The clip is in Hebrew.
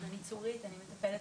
אני צורית, אני מטפלת